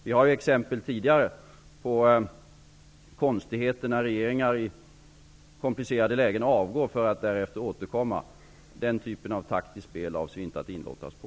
Vi har exempel tidigare på konstigheter när regeringar i komplicerade lägen avgått för att därefter återkomma. Den typen av taktiskt spel avser vi inte att inlåta oss på.